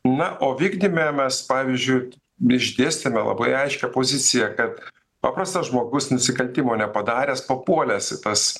na o vykdyme mes pavyzdžiui išdėstėme labai aiškią poziciją kad paprastas žmogus nusikaltimo nepadaręs papuolęs į tas